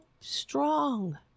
strong